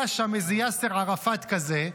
היה שם איזה יאסר ערפאת כזה,